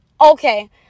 okay